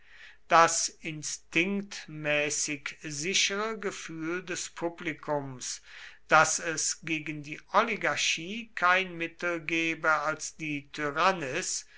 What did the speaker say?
das instinktmäßig sichere gefühl des publikums daß es gegen die oligarchie kein mittel gebe als die